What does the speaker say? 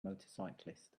motorcyclist